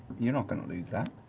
you're not gonna lose that.